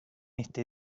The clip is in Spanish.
este